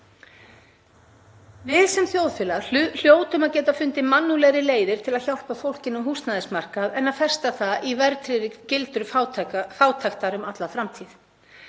Við sem þjóðfélag hljótum að geta fundið mannúðlegri leiðir til að hjálpa fólki inn á húsnæðismarkað en að festa það í verðtryggðri gildru fátæktar um alla framtíð.